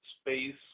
space